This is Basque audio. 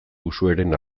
uxueren